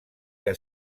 que